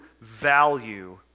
value